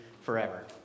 forever